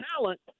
talent